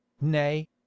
nay